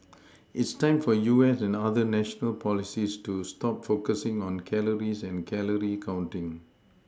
it's time for U S and other national policies to stop focusing on calories and calorie counting